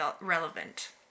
relevant